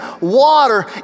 water